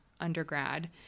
undergrad